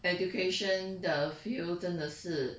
education 的 fuel 真的是